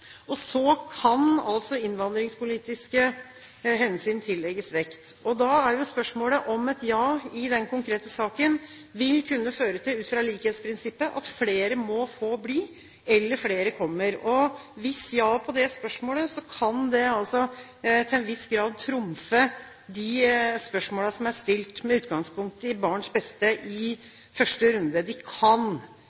og så kan altså innvandringspolitiske hensyn tillegges vekt. Da er jo spørsmålet om et ja i den konkrete saken vil kunne føre til – ut fra likhetsprinsippet – at flere må få bli, eller at flere kommer. Hvis ja på det spørsmålet, kan det til en viss grad trumfe de spørsmålene som er stilt, med utgangspunkt i barns beste, i